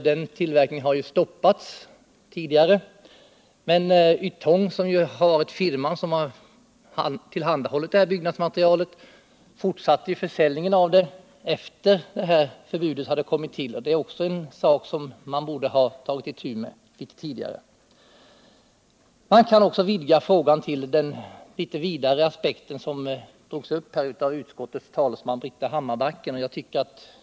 Den tillverkningen har stoppats tidigare, men Ytong — firman som har tillhandahållit det här byggnadsmaterialet — fortsatte försäljningen av det efter det att förbudet kommit till. Det är också en sak som regeringen borde ha tagit itu med tidigare. Men man kan också vidga frågan till den litet vidare aspekt som drogs upp av utskottets talesman, Britta Hammarbacken.